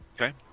Okay